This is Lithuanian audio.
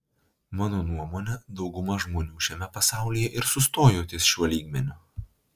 mano nuomone dauguma žmonių šiame pasaulyje ir sustojo ties šiuo lygmeniu